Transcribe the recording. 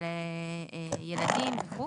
ילדים וכולי.